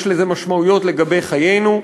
יש לזה משמעויות לגבי חיינו.